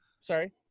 sorry